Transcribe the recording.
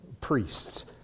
priests